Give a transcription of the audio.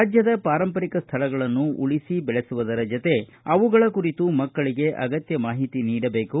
ರಾಜ್ಯದ ಪಾರಂಪರಿಕ ಸ್ಥಳಗಳನ್ನು ಉಳಿಸಿ ಬೆಳೆಸುವುದರ ಜತೆ ಅವುಗಳ ಕುರಿತು ಮಕ್ಕಳಿಗೆ ಅಗತ್ಯ ಮಾಹಿತಿ ನೀಡಬೇಕು